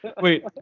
wait